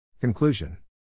Conclusion